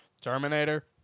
Terminator